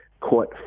caught